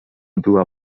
była